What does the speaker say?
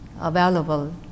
available